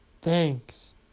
thanks